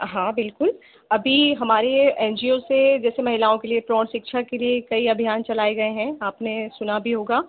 हाँ बिल्कुल अभी हमारे एन जी ओ से जैसे महिलाओं के लिए यौन शिक्षा के लिए कई अभियान चलाए गए हैं आपने सुना भी होगा